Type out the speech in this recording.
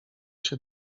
się